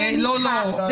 לא לא,